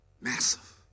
massive